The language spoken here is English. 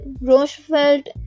roosevelt